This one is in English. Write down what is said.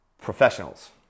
professionals